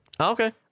Okay